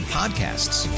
podcasts